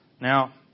Now